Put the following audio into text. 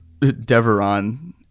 Deveron